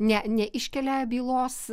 ne neiškelia bylos